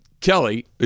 Kelly